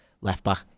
left-back